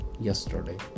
yesterday